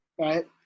Right